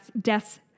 Deaths